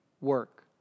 work